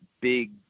big